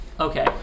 Okay